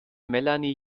melanie